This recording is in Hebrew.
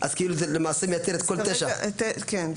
אז למעשה מייתר את כל 9. כן,